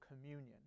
communion